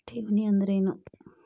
ಠೇವಣಿ ಅಂದ್ರೇನು?